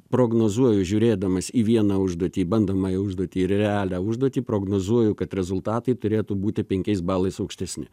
prognozuoju žiūrėdamas į vieną užduotį bandomąją užduotį ir realią užduotį prognozuoju kad rezultatai turėtų būti penkiais balais aukštesni